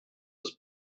his